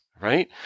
right